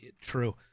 True